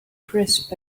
crisp